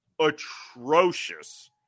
atrocious